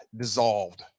dissolved